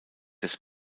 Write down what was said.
des